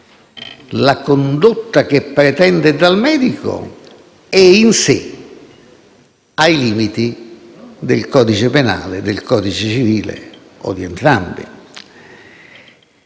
la condotta che si pretende dal medico è in sé ai limiti del codice penale, del codice civile o di entrambi.